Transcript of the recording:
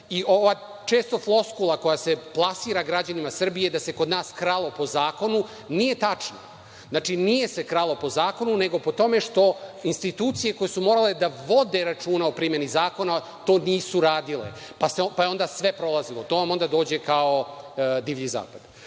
i ova često floskula koja se plasira građanima Srbije, da se kod nas kralo po zakonu, nije tačno. Znači, nije se kralo po zakonu, nego po tome što institucije koje su morale da vode računa o primeni zakona, to nisu radile, pa je onda sve prolazilo. To vam onda dođe kao divlji zapad. Znači,